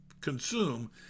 consume